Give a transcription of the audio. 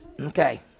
Okay